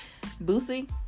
Boosie